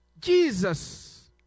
Jesus